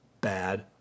bad